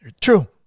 True